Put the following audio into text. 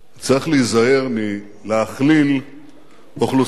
צריך להיזהר מלהכליל אוכלוסייה שלמה.